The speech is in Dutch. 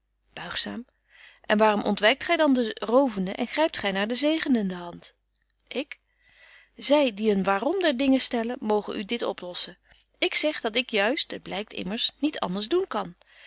buigzaam en waarom ontwykt gy dan de rovende en grypt gy naar de zegenende hand ik zy die een waarom der dingen stellen mogen u dit oplossen ik zeg dat ik juist het blykt immers niet anders doen kan